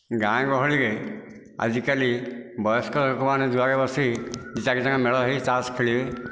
ଗାଁ ଗହଳିରେ ଆଜିକାଲି ବୟସ୍କ ଲୋକମାନେ ଦୁଆରେ ବସି ଦୁଇ ଚାରି ଜଣ ମେଳ ହୋଇ ତାସ ଖେଳିବେ